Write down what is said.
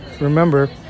remember